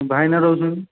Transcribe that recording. ଭାଇନା ରହୁଛନ୍ତି